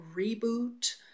reboot